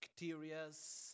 bacterias